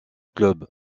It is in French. club